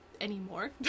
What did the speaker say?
anymore